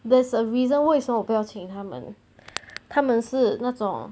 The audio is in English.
there's a reason 为什么我不要请他们他们是那种